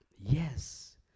yes